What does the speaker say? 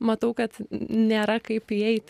matau kad nėra kaip įeit